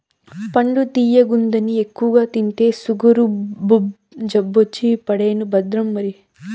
పండు తియ్యగుందని ఎక్కువగా తింటే సుగరు జబ్బొచ్చి పడేను భద్రం మరి